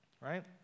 Right